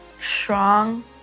strong